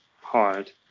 hard